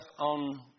on